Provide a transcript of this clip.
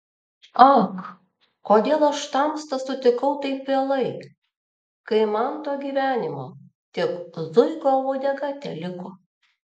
ak kodėl aš tamstą sutikau taip vėlai kai man to gyvenimo tik zuikio uodega teliko